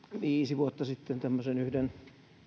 viisi vuotta sitten tämmöisen yhden